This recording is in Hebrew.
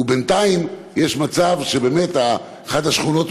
ובינתיים יש מצב שבאמת אחת השכונות,